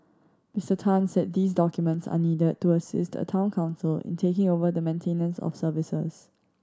Mister Tan said these documents are needed to assist a Town Council in taking over the maintenance of services